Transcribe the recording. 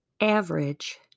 average